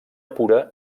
pura